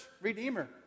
Redeemer